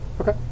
okay